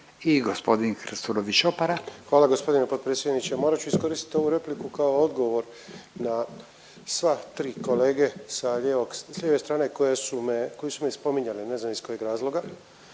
Hvala gospodine potpredsjedniče. Morat ću iskoristit ovu repliku kao odgovor na sva tri kolege sa lijevog, s lijeve strane koje su me, koji su me spominjali. Ne znam iz kojeg razloga